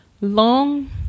long